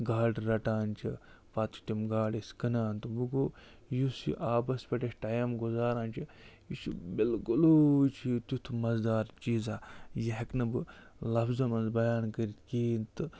گاڈٕ رٹان چھِ پَتہٕ چھِ تِم گاڈٕ أسۍ کٕنان تہٕ وۄنۍ گوٚو یُس یہِ آبَس پٮ۪ٹھ أسۍ ٹایَم گُزاران چھِ یہِ چھِ بِلکُلٕے چھِ یہِ تیُتھ مَزٕ دار چیٖزا یہِ ہٮ۪کہٕ نہٕ بہٕ لفظَن منٛز بیان کٔرِتھ کِہیٖنۍ تہٕ